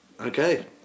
Okay